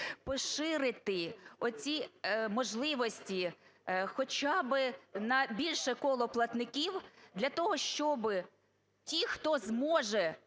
поширити оці можливості хоча би на більше коло платників для того, щоб ті, хто зможе